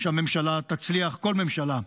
שהממשלה תצליח, כל ממשלה.